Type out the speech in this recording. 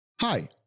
Hi